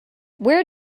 where